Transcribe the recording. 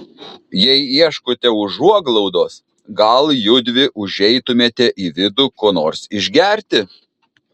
jei ieškote užuoglaudos gal judvi užeitumėte į vidų ko nors išgerti